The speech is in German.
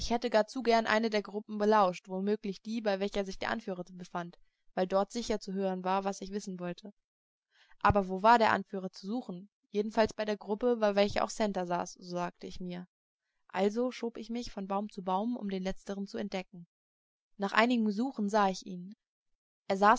hätte gar zu gern eine der gruppen belauscht womöglich die bei welcher sich der anführer befand weil dort sicherer zu hören war was ich wissen wollte aber wo war der anführer zu suchen jedenfalls bei der gruppe bei welcher auch santer saß so sagte ich mir also schob ich mich von baum zu baum um den letzteren zu entdecken nach einigem suchen sah ich ihn